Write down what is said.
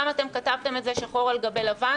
גם אתם כתבתם את זה שחור על גבי לבן